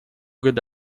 good